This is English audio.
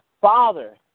Father